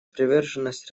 приверженность